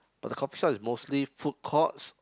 but the coffee shop is mostly food courts